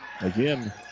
Again